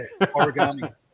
Origami